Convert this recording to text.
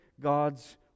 God's